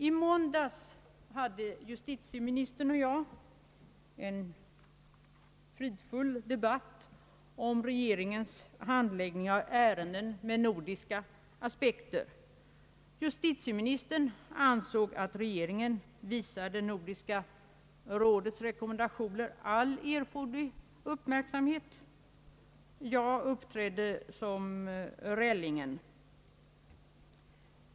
I måndags hade justitieministern och jag en fridfull debatt om regeringens handläggning av ärenden med nordiska aspekter. Justitieministern ansåg att regeringen visade Nordiska rådets rekommendationer all erforderlig uppmärksamhet. Jag uppträdde som Rellingen.